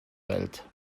welt